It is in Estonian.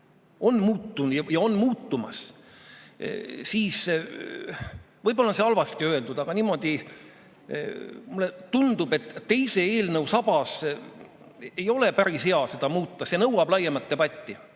on muutunud ja on muutumas, siis võib-olla on see halvasti öeldud, aga mulle tundub, et niimoodi teise eelnõu sabas ei ole päris hea seda muuta. See nõuab laiemat debatti.